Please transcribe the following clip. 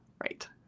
Right